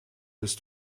ist